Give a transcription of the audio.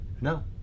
no